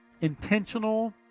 intentional